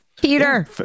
Peter